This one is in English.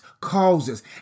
causes